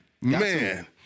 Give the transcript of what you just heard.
Man